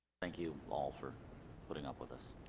thank you all for putting up with us